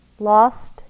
lost